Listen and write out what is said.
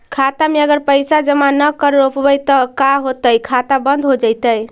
खाता मे अगर पैसा जमा न कर रोपबै त का होतै खाता बन्द हो जैतै?